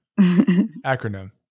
acronym